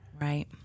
Right